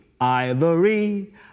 Ivory